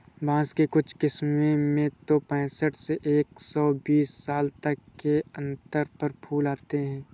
बाँस की कुछ किस्मों में तो पैंसठ से एक सौ बीस साल तक के अंतर पर फूल आते हैं